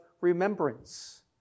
remembrance